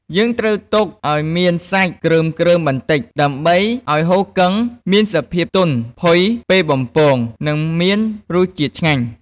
យើងត្រូវទុកឱ្យមានសាច់គ្រើមៗបន្តិច ដើម្បីឱ្យហ៊ូគឹងមានសភាពទន់ផុយពេលបំពង និងមានរសជាតិឆ្ងាញ់។